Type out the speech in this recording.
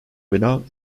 without